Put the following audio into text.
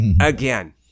again